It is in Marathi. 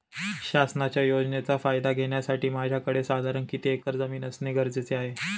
शासनाच्या योजनेचा फायदा घेण्यासाठी माझ्याकडे साधारण किती एकर जमीन असणे गरजेचे आहे?